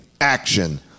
Action